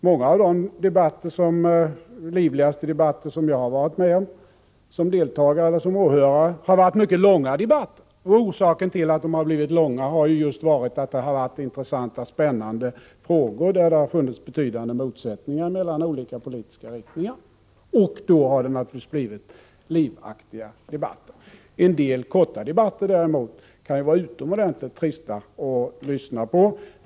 Många av de livligaste debatter som jag har varit med om — som deltagare eller som åhörare — har varit mycket långa. Orsaken till att de blivit långa har ju varit att de har gällt intressanta och spännande frågor, där det har funnits betydande motsättningar mellan olika politiska riktningar. Och då har det naturligtvis blivit livaktiga debatter. En del korta debatter däremot kan ju vara utomordentligt trista att lyssna på.